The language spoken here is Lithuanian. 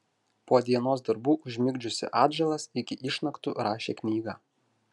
po dienos darbų užmigdžiusi atžalas iki išnaktų rašė knygą